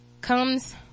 comes